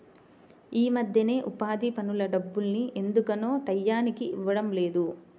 యీ మద్దెన ఉపాధి పనుల డబ్బుల్ని ఎందుకనో టైయ్యానికి ఇవ్వడం లేదు